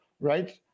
right